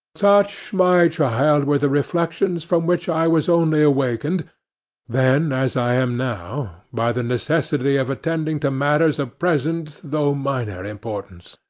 such, my child, were the reflections from which i was only awakened then, as i am now, by the necessity of attending to matters of present though minor importance.